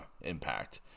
impact